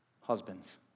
Husbands